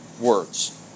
words